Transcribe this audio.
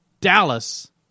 Dallas